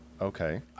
okay